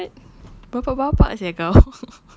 what bapa-bapa sia kau